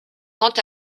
quant